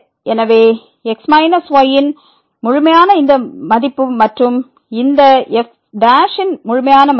எனவே x y ன் முழுமையான மதிப்பு மற்றும் இந்த f ன் முழுமையான மதிப்பு